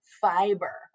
fiber